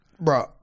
bro